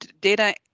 data